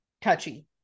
touchy